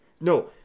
No